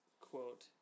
quote